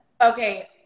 Okay